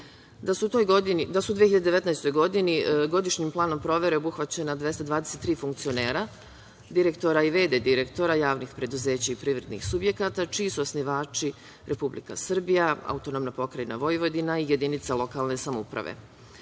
da su u 2019. godini godišnjim planom obuhvaćena 223 funkcionera, direktora i v.d. direktora javnih preduzeća i privrednih subjekata, čiji su osnivači Republika Srbija, AP Vojvodina i jedinica lokalne samouprave. Završena